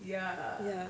ya